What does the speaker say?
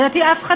לדעתי אף אחד,